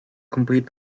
complete